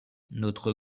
notre